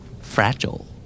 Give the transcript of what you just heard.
Fragile